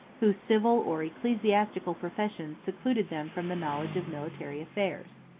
whose civil or ecclesiastical profession secluded them from the knowledge of military affairs.